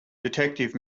detective